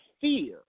fear